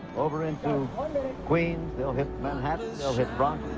over into queens they'll hit manhattan. they'll hit bronx,